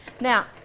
Now